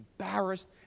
embarrassed